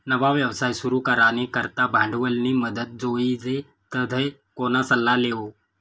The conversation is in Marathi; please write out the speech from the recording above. नवा व्यवसाय सुरू करानी करता भांडवलनी मदत जोइजे तधय कोणा सल्ला लेवो